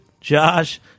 Josh